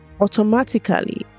automatically